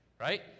Right